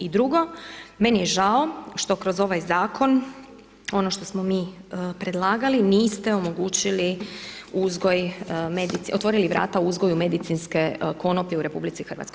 I drugo, meni je žao, što kroz ovaj zakon, ono što smo mi predlagali, niste omogućili uzgoj, otvorili vrata u uzgoju medicinske konoplje u RH.